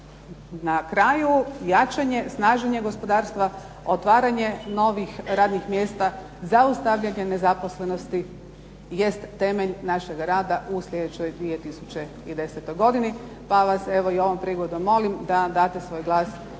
na kraju jačanje, snaženje gospodarstva, otvaranje novih radnih mjesta, zaustavljanje nezaposlenosti jest temelj našega rada u slijedećoj 2010. godini. Pa vas evo i ovom prigodom molim da date svoj glas